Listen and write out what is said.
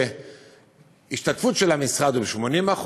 שהשתתפות המשרד היא 80%,